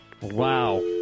Wow